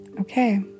okay